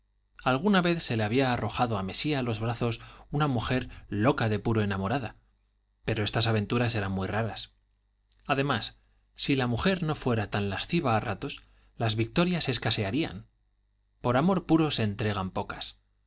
alguna vez se le había arrojado a mesía a los brazos una mujer loca de puro enamorada pero estas aventuras eran muy raras además si la mujer no fuera tan lasciva a ratos las victorias escasearían por amor puro se entregan pocas